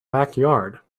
backyard